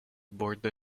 bordo